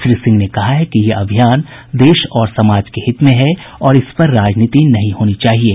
श्री सिंह ने कहा है कि यह अभियान देश और समाज के हित में है और इस पर राजनीति नहीं होनी चाहिये